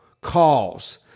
calls